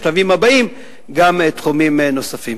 בשלבים הבאים גם תחומים נוספים.